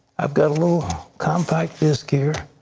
i've got a little compact disk here.